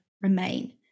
remain